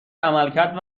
عملکرد